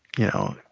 you know,